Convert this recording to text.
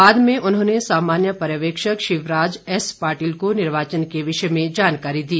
बाद में उन्होंने सामान्य पर्यवेक्षक शिवराज एस दृ पाटिल को निर्वाचन के विषय में जानकारी दी